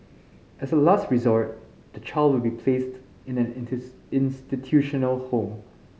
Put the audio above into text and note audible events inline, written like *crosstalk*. as a last resort the child will be placed in an *unintelligible* institutional home